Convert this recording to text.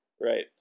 Right